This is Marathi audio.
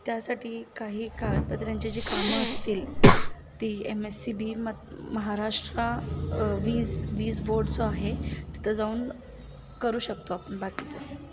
त्यासाठी काही कागदपत्रांची जी कामं असतील ती एम एस सी बी म महाराष्ट्रा वीज वीज बोर्ड जो आहे तिथं जाऊन करू शकतो आपण बाकीचं